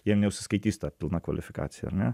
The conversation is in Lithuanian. jiem neužsiskaitys ta pilna kvalifikacija ar ne